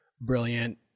brilliant